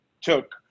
took